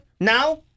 Now